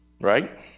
right